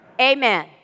Amen